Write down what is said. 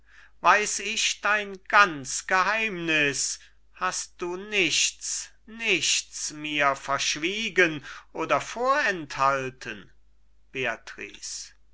weiß ich dein ganz geheimniß hast du nichts nichts mir verschwiegen oder vorenthalten